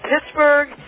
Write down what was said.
Pittsburgh